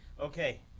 Okay